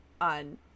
on